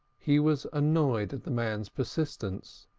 he was annoyed at the man's persistence.